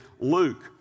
Luke